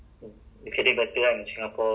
but but